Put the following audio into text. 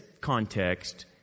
context